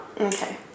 Okay